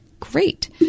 great